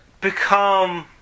become